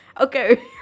Okay